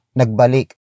nagbalik